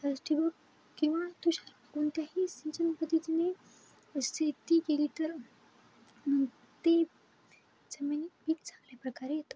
ठिबक किंवा तुषार कोणत्याही सिंचन पद्धतीने शेती केली तर न ते जमीन खूप चांगल्या प्रकारे येतो